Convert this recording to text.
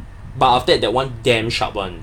but after that [one] damn sharp [one]